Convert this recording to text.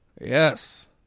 Yes